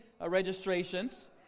registrations